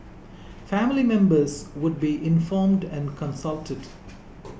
family members would be informed and consulted